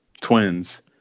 twins